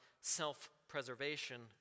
self-preservation